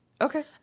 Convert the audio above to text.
Okay